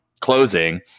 closing